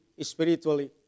spiritually